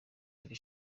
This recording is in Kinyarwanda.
iri